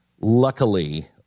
luckily